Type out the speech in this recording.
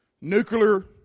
Nuclear